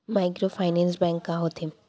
Microfinance bank का होथे?